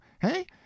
hey